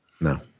No